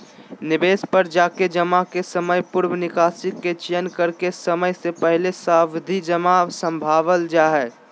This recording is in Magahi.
निवेश पर जाके जमा के समयपूर्व निकासी के चयन करके समय से पहले सावधि जमा भंजावल जा हय